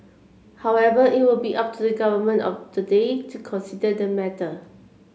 however it will be up to the government of the day to consider the matter